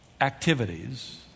Activities